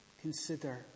consider